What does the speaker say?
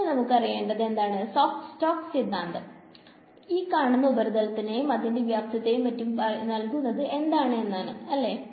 ഇനി നമുക്ക് അറിയേണ്ടത് എന്താണ് സ്റ്റോക്സ് സിദ്ധാന്തം ഈ കാണുന്ന ഉപരിതലത്തെയും അതിന്റെ വ്യാപ്തതെയും പറ്റി നൽകുന്നത് എന്നാണ് അല്ലെ